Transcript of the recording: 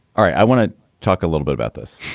i want to talk a little bit about this